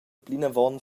plinavon